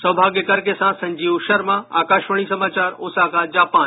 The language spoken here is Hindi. सौभाग्यकर के साथ संजीव शर्मा आकाशवाणी समाचार ओसाका जापान